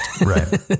Right